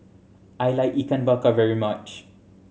I like Ikan Bakar very much